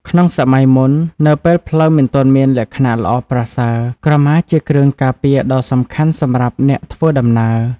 ក្នុងសម័យមុន នៅពេលផ្លូវមិនទាន់មានលក្ខណៈល្អប្រសើរ ក្រមាជាគ្រឿងការពារដ៏សំខាន់សម្រាប់អ្នកធ្វើដំណើរ។